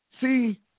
See